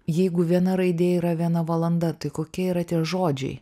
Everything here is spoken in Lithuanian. jeigu viena raidė yra viena valanda tai kokia yra tie žodžiai